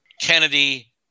Kennedy